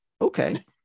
Okay